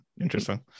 interesting